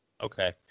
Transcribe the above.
Okay